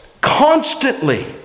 constantly